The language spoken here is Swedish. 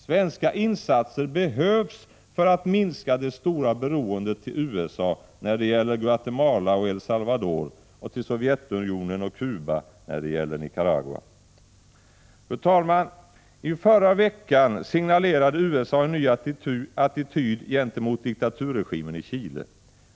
Svenska insatser behövs för att minska det stora beroendet till USA när det gäller Guatemala och El Salvador, och till Sovjetunionen och Cuba när det gäller Nicaragua. Fru talman! I förra veckan signalerade USA en ny attityd gentemot diktaturregimen i Chile.